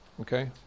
Okay